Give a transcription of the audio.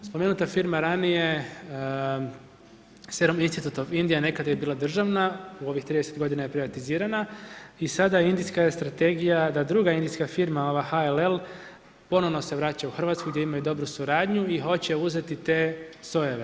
Spomenuta firma ranije, Serum Institute of India, nekad je bila državna, u ovim 30 godina je privatizirana i sada indijska je strategija da druga indijska firma ova HLL ponovno se vraća u Hrvatsku gdje imaju dobru suradnju i hoće uzeti te sojeve.